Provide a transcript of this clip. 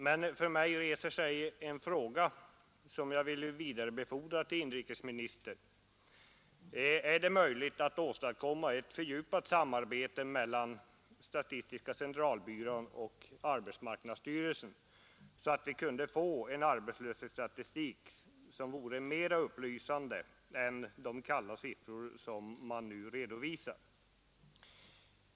Men för mig reser sig en fråga, som jag vill vidarebefordra till inrikesministern: Är det möjligt att åstadkomma ett fördjupat samarbete mellan statistiska centralbyrån och arbetsmarknadsstyrelsen så att vi kunde få en arbetslöshetsstatistik som vore mer upplysande än de kalla siffror som nu redovisas?